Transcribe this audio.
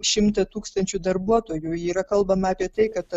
šimtą tūkstančių darbuotojų yra kalbama apie tai kad